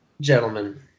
Gentlemen